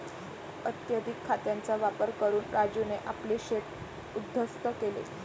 अत्यधिक खतांचा वापर करून राजूने आपले शेत उध्वस्त केले